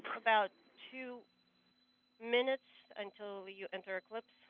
about two minutes until you enter clip.